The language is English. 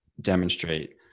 demonstrate